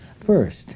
First